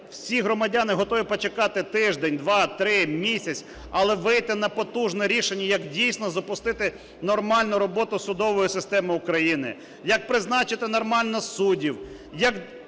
всі громадяни готові почекати тиждень, два, три, місяць, але вийти на потужне рішення як дійсно запустити нормальну роботу судової системи України, як призначити нормально суддів, як